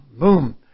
boom